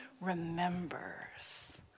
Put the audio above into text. remembers